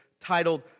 titled